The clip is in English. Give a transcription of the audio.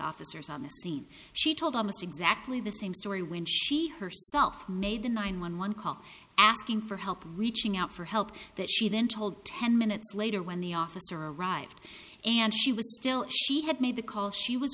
officers on the scene she told almost exactly the same story when she herself made the nine one one call asking for help reaching out for help that she then told ten minutes later when the officer arrived and she was still she had made the call she was